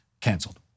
canceled